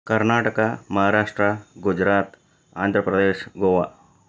Karnataka Maharashtra Gujarat Andhra Pradesh Goa